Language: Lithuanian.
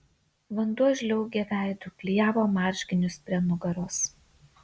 vanduo žliaugė veidu klijavo marškinius prie nugaros